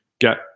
Get